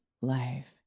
life